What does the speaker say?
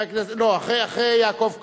לא, אחרי יעקב כץ.